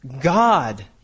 God